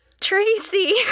Tracy